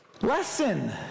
lesson